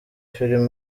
filime